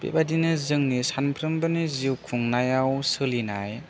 बेबादिनो जोंनि सानफ्रोमबोनि जिउ खुंनायाव सोलिनाय